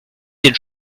den